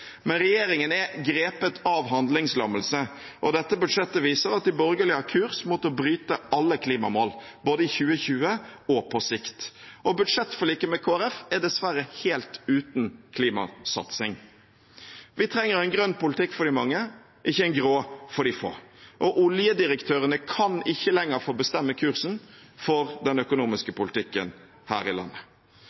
Men regjeringen er grepet av handlingslammelse. Dette budsjettet viser at de borgerlige har kurs mot å bryte alle klimamål både i 2020 og på sikt. Og budsjettforliket med Kristelig Folkeparti er dessverre helt uten klimasatsing. Vi trenger en grønn politikk for de mange, ikke en grå for de få. Oljedirektørene kan ikke lenger få bestemme kursen for den økonomiske politikken her i landet.